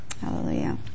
Hallelujah